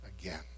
again